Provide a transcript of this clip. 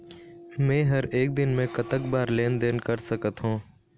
मे हर एक दिन मे कतक बार लेन देन कर सकत हों?